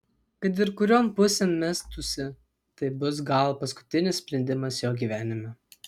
kad ir kurion pusėn mestųsi tai bus gal paskutinis sprendimas jo gyvenime